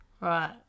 Right